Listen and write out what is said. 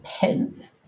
pen